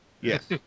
Yes